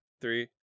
Three